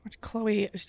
Chloe